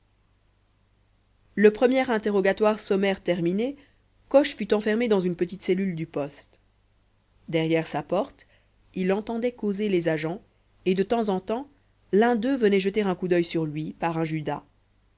le premier interrogatoire sommaire terminé coche fut enfermé dans une petite cellule du poste derrière sa porte il entendait causer les agents et de temps en temps l'un d'eux venait jeter un coup d'oeil sur lui par un judas